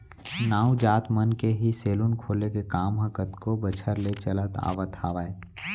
नाऊ जात मन के ही सेलून खोले के काम ह कतको बछर ले चले आवत हावय